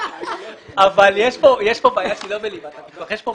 אבל יש כאן בעיה שהיא לא בליבת הפיקוח.